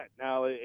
Now